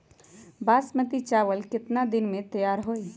बासमती चावल केतना दिन में तयार होई?